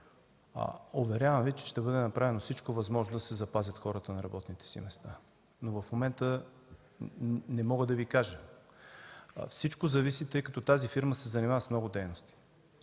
уверявам Ви, че ще бъде направено всичко възможно да се запазят хората на работните места, но в момента не мога да Ви кажа – всичко зависи, тъй като тази фирма се занимава с много дейности.